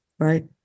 Right